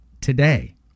Today